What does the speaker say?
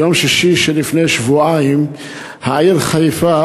ביום שישי לפני שבועיים העיר חיפה,